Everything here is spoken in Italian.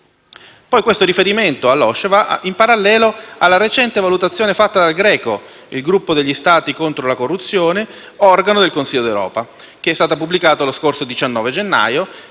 Questo riferimento all'OSCE va in parallelo alla recente valutazione fatta dal GRECO (Gruppo di Stati contro la corruzione), organo del Consiglio d'Europa, pubblicata lo scorso 19 gennaio,